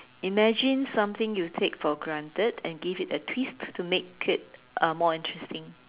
imagine something you take for granted and give it a twist to make it uh more interesting